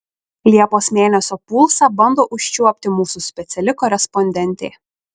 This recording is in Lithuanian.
liepos mėnesio pulsą bando užčiuopti mūsų speciali korespondentė